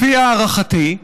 לפי הערכתי,